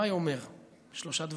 שמאי אומר שלושה דברים: